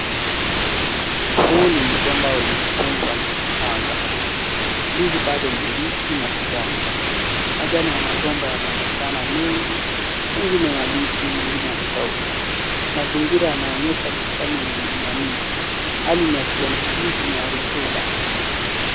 Huu ni mgomba wenye mkungu wa ndizi changa. Ndizi bado ni mbichi na kijani. Majani ya magomba yanaonekana mengi; mengine mabichi, mengine yamekauka. Mazingira yanaonyesha bustani yenye mimea mingi. Hali ni ya kijani kibichi na ya rutuba.